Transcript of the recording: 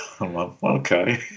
okay